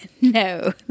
No